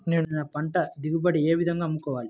నేను నా పంట దిగుబడిని ఏ విధంగా అమ్ముకోవాలి?